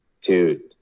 dude